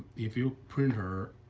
if you printer